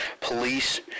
Police